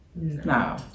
No